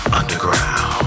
underground